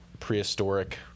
prehistoric